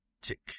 Tick